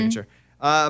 sure